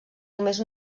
només